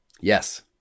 yes